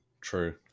True